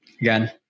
again